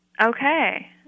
Okay